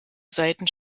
seiten